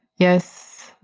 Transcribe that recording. yes,